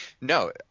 no